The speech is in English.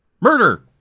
Murder